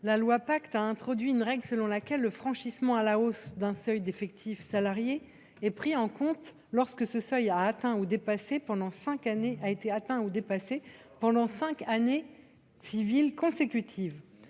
La loi Pacte a introduit une règle selon laquelle le franchissement à la hausse d’un seuil d’effectif salarié est pris en compte lorsque ce seuil a été atteint ou dépassé pendant cinq années civiles consécutives.